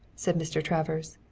said mr. travers.